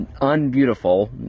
unbeautiful